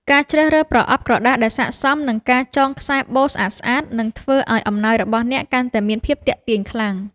ការជ្រើសរើសប្រអប់ក្រដាសដែលស័ក្តិសម និងការចងខ្សែបូស្អាតៗ នឹងធ្វើឱ្យអំណោយរបស់អ្នកកាន់តែមានភាពទាក់ទាញខ្លាំង។